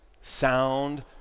sound